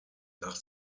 nach